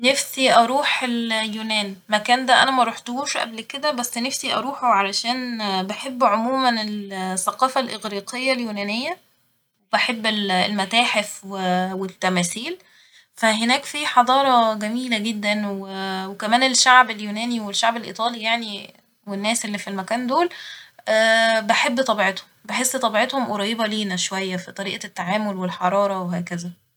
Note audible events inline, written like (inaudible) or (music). نفسي أروح ال (hesitation) يونان ، المكان ده أنا مرحتهوش قبل كده ، بس نفسي أروحه علشان بحب عموما ال (hesitation) ثقافة الإغريقية اليونانية وبحب ال- المتاحف والتماثيل فهناك في حضارة جميلة جدا و و كمان الشعب اليوناني والشعب الإيطالي يعني (hesitation) والناس اللي في المكان دول (hesitation) بحب طبيعتهم ، بحس طبيعتهم قريبة لينا شوية في طريقة التعامل والحرارة وهكذا